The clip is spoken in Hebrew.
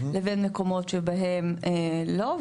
לבין מקומות שבהם לא.